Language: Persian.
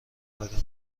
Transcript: بدم